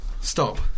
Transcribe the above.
Stop